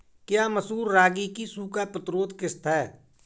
क्या मसूर रागी की सूखा प्रतिरोध किश्त है?